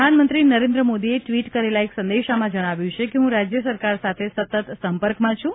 પ્રધાનમંત્રી નરેન્દ્ર મોદીએ ટ્વીટ કરેલા એક સંદેશામાં જણાવ્યું છે કે હું રાજ્ય સરકાર સાથે સતત સંપર્કમાં છૂં